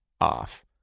off